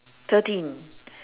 thirteen